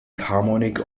harmonic